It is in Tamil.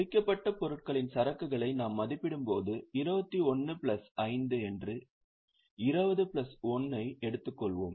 முடிக்கப்பட்ட பொருட்களின் சரக்குகளை நாம் மதிப்பிடும்போது 21 பிளஸ் 5 என்று 20 பிளஸ் 1 ஐ எடுத்துக்கொள்வோம்